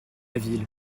ville